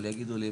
אבל יגידו לי,